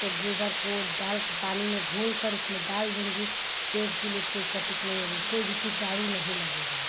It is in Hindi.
तो गोबर को डाल कर पानी में घोल कर उसमें डाल दूँगी तो पेड़ के लिए कोई कटित नही होगी कोई भी किटाणु नही लगेगा